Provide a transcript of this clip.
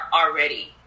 already